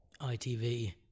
itv